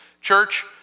church